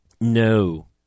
No